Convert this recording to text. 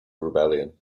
rebellion